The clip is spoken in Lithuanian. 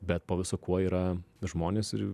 bet po viso kuo yra žmonės ir